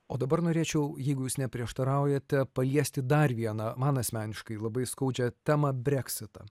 o dabar norėčiau jeigu jūs neprieštaraujate paliesti dar vieną man asmeniškai labai skaudžią temą breksitą